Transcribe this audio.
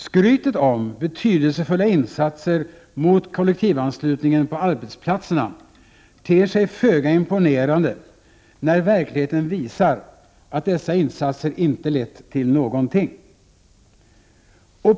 Skrytet om betydelsefulla insatser mot kollektivanslutningen på arbetsplatserna ter sig föga imponerande, när verkligheten visar att dessa insatser inte har lett till någonting.